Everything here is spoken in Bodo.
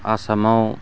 आसामाव